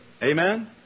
Amen